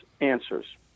answers